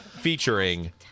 featuring